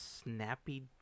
Snappy